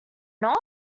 not